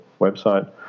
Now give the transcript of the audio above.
website